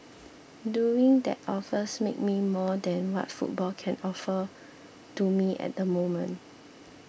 doing that offers make me more than what football can offer to me at the moment